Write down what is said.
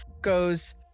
goes